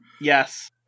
Yes